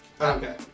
Okay